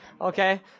Okay